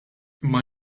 imma